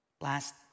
Last